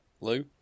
Lou